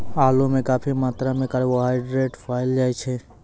आलू म काफी मात्रा म कार्बोहाइड्रेट पयलो जाय छै